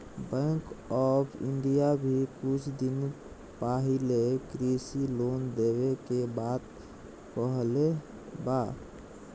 bank of India भी कुछ दिन पाहिले कृषि लोन देवे के बात कहले बा